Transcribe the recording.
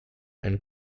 and